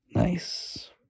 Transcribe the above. Nice